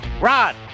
Rod